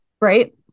Right